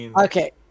Okay